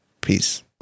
peace